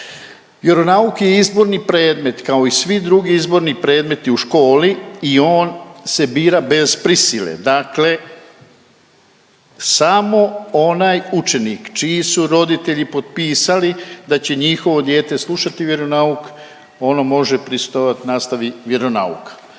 Vjeronauk je izborni predmet, kao i svi drugi izborni predmeti u školi i on se bira bez prisile, dakle samo onaj učenik čiji su roditelji potpisali da će njihovo dijete slušati vjeronauk ono može pristojat nastavi vjeronauka,